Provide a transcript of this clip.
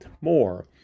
more